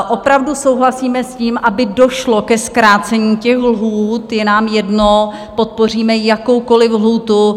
Opravdu souhlasíme s tím, aby došlo ke zkrácení lhůt, je nám jedno, podpoříme jakoukoliv lhůtu.